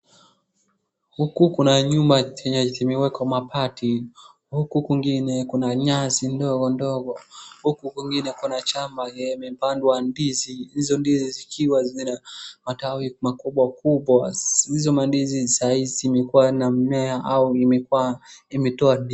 Huku kuna nyuma chenye kimewekwa mabati huku kwingine kuna nyasi ndogo ndogo huku kwingine kuna shamba hiyo imepandwa ndizi hizo ndizi zikiwa zina matawi makubwa makubwa hizo mandizi sahii zimekuwa na mimea au imekuwa imetoa.